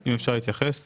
אם אפשר להתייחס?